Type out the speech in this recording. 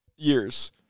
Years